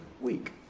week